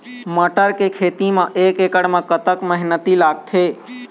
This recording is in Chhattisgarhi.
मटर के खेती म एक एकड़ म कतक मेहनती लागथे?